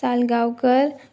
Salgaocar